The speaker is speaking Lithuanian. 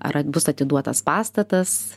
ar bus atiduotas pastatas